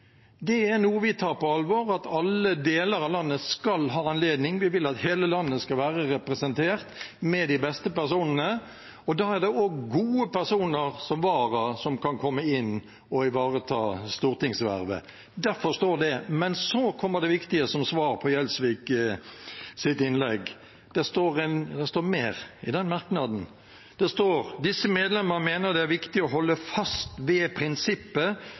Det er noe vi tar på alvor. Alle deler av landet skal ha anledning, og vi vil at hele landet skal være representert med de beste personene, og da er det også gode vararepresentanter som kan komme inn og ivareta stortingsvervet. Derfor står det. Så til det viktige, som er et svar på representanten Gjelsviks innlegg: Det står mer i den merknaden. Det står: «Disse medlemmer mener det er viktig å holde fast ved prinsippet